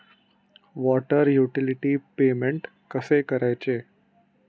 Water utility payment कसे करायचे?